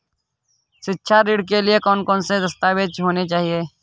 शिक्षा ऋण के लिए कौन कौन से दस्तावेज होने चाहिए?